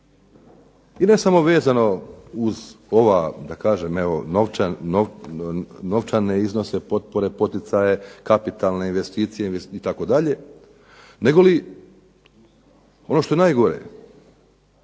i ne samo vezana uz ove novčane iznose potpore, poticaje, kapitalne investicije itd. nego li ono što je najgore